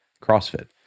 CrossFit